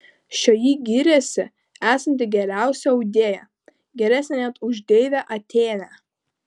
šioji gyrėsi esanti geriausia audėja geresnė net už deivę atėnę